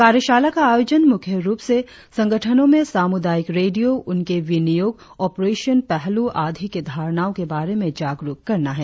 कार्यशाला का आयोजन मुख्य रुप से संगठनों में सामुदायिक रेडियों उनके विनियोग ऑपरेशन पहलू आदि की धारणाओ के बारे में जागरुक करना है